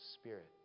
spirit